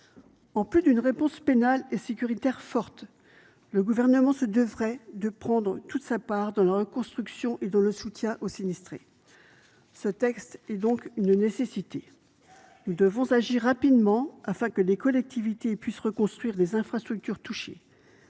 En plus d’une réponse pénale et sécuritaire forte, le Gouvernement se devait de prendre toute sa part dans la reconstruction et le soutien aux sinistrés. Ce texte est donc une nécessité. Nous devons agir rapidement afin que les collectivités puissent reconstruire les infrastructures touchées.